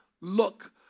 Look